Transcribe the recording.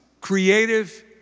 creative